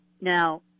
Now